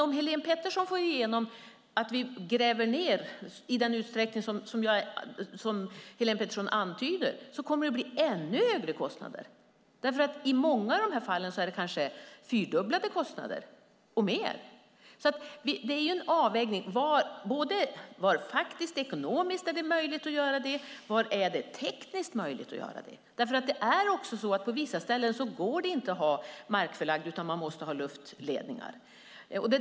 Om Helene Petersson får igenom att ledningarna ska grävas ned, i den utsträckning hon antyder, kommer det att bli ännu högre kostnader. I många fall är det fråga om fyrdubblade kostnader eller mer. Det är fråga om en avvägning, vad som är ekonomiskt och tekniskt möjligt att göra. På vissa ställen går det inte att ha markförlagda ledningar utan det måste vara luftledningar.